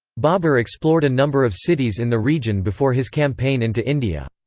babur explored a number of cities in the region before his campaign into india.